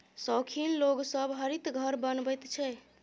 शौखीन लोग सब हरित घर बनबैत छै